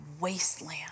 wasteland